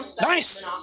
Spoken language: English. Nice